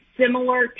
similar